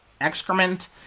excrement